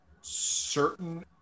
certain